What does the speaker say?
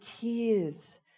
tears